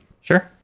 Sure